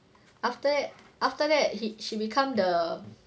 after that after that he she become the